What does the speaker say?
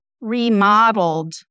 remodeled